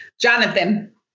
Jonathan